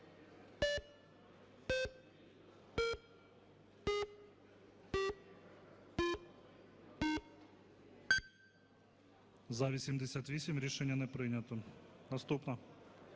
За-89 Рішення не прийнято. Наступна,